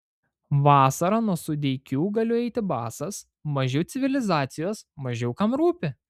vasarą nuo sudeikių galiu eiti basas mažiau civilizacijos mažiau kam rūpi